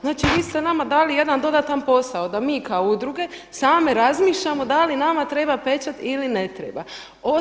Znači vi ste nama dali jedan dodatan posao, da mi kao udruge same razmišljamo da li nama treba pečat ili ne treba.